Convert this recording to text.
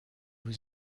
was